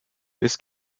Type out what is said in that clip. this